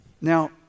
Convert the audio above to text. Now